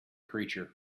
creature